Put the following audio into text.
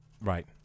Right